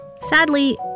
Sadly